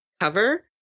cover